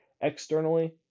Externally